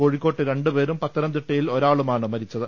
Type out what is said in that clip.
കോഴിക്കോട്ട് രണ്ടുപേരും പത്തനംതിട്ടയിൽ ഒരാളുമാണ് മരിച്ചത്